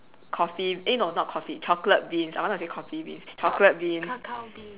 coffee eh no not coffee chocolate beans I wanna say coffee beans chocolate beans oh